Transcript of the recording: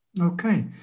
Okay